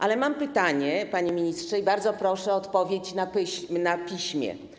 Ale mam pytanie, panie ministrze, i bardzo proszę o odpowiedź na piśmie.